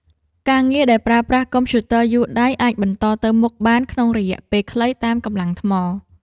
ការងារដែលប្រើប្រាស់កុំព្យូទ័រយួរដៃ អាចបន្តទៅមុខបានក្នុងរយៈពេលខ្លីតាមកម្លាំងថ្ម។